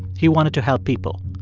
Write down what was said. he wanted to help people.